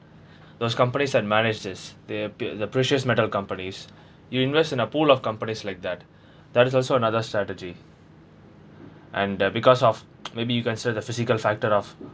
those companies that manage this the the precious metal companies you invest in a pool of companies like that that is also another strategy and uh because of maybe you can set the physical factor of